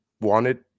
wanted